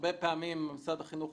שהרבה פעמים משרד החינוך,